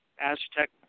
Aztec